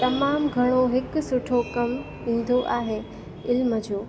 तमामु घणो हिक सुठो कमु ईंदो आहे इल्म जो